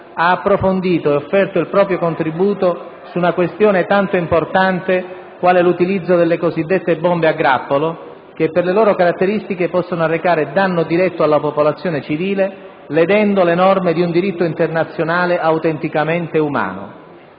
ha approfondito e offerto il proprio contributo su una questione tanto importante quale l'utilizzo delle cosiddette bombe a grappolo che, per le loro caratteristiche, possono arrecare danno diretto alla popolazione civile ledendo le norme di un diritto internazionale autenticamente umano.